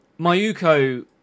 Mayuko